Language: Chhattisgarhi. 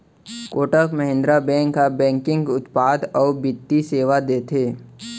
कोटक महिंद्रा बेंक ह बैंकिंग उत्पाद अउ बित्तीय सेवा देथे